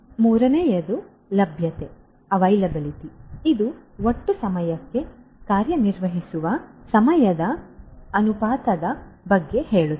ಮತ್ತು ಮೂರನೆಯದು ಲಭ್ಯತೆ ಇದು ಒಟ್ಟು ಸಮಯಕ್ಕೆ ಕಾರ್ಯನಿರ್ವಹಿಸುವ ಸಮಯದ ಅನುಪಾತದ ಬಗ್ಗೆ ಹೇಳುತ್ತದೆ